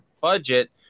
budget